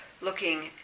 looking